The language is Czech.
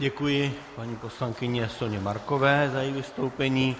Děkuji paní poslankyni Soně Markové za její vystoupení.